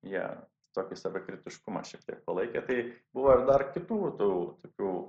jie tokį savikritiškumą šiek tiek palaikė tai buvo ir dar kitų tų tokių